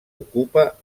ocupa